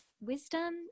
wisdom